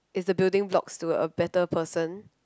it's a building blocks to a better person